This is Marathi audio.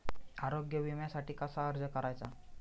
आरोग्य विम्यासाठी कसा अर्ज करायचा?